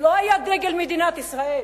לא היה דגל מדינת ישראל.